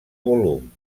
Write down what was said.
volum